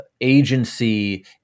agency